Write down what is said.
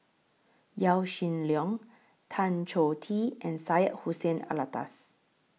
Yaw Shin Leong Tan Choh Tee and Syed Hussein Alatas